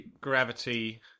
gravity